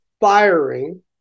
firing